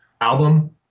album